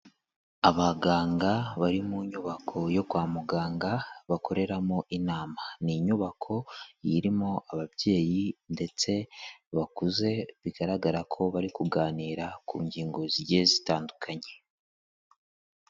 Abaganga bari mu nyubako yo kwa muganga bakoreramo inama, n'inyubako irimo ababyeyi ndetse bakuze bigaragara ko bari kuganira ku ngingo zigiye zitandukanye.